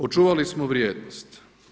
Očuvali smo vrijednost.